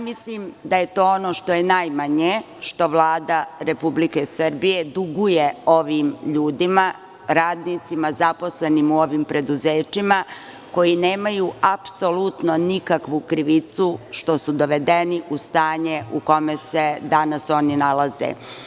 Mislim da je to ono što je najmanje što Vlada Republike Srbije duguje ovim ljudima, radnicima, zaposlenim u ovim preduzećima, koji nemaju apsolutno nikakvu krivicu što su dovedeni u stanje u kome se danas oni nalaze.